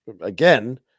again